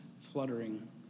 fluttering